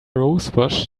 rosebush